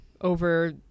over